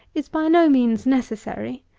is by no means necessary,